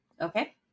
okay